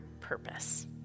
purpose